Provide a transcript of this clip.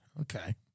Okay